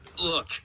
Look